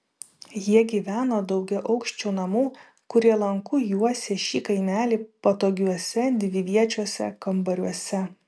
jie gyveno daugiaaukščių namų kurie lanku juosė šį kaimelį patogiuose dviviečiuose kambariuose